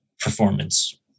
performance